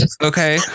Okay